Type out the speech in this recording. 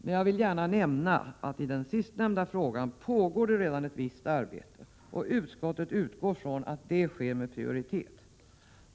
Men jag vill gärna nämna att det i den sistnämnda frågan redan pågår ett visst arbete. Utskottet utgår från att det sker med prioritet.